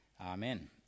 Amen